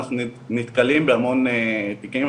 אנחנו נתקלים בהמון תיקים,